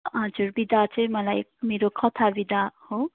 हजुर विधा चाहिँ मलाई मेरो कथा विधा हो